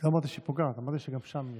לא אמרתי שהיא פוגעת, אמרתי שגם שם יש.